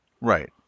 Right